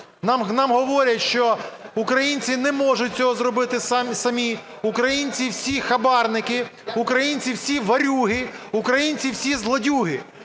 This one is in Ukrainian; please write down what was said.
Нам говорять, що українці не можуть цього зробити самі, українці всі – хабарники, українці всі – ворюги, українці всі – злодюги.